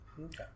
Okay